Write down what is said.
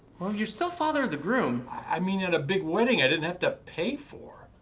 well, you're still father of the groom. i mean, at a big wedding i didn't have to pay for.